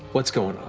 what's going